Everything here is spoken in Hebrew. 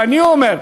אני אומר,